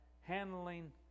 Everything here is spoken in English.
handling